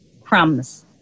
crumbs